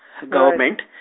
government